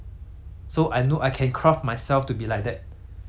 and that is where I want to go and it's always there